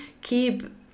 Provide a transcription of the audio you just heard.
keep